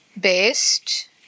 based